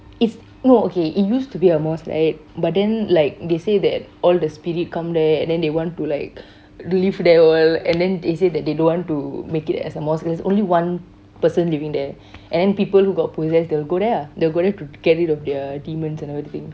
it's no okay it used to be a mosque right but then like they say that all the spirit come there and they want to like live there all and then they said they don't want to make it as a mosque cause there's only one person living there and then people who got possessed they will go there ah to get rid of their demons and everything